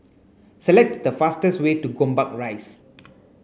select the fastest way to Gombak Rise